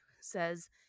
says